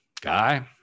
guy